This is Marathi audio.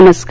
नमस्कार